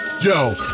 Yo